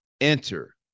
Enter